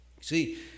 See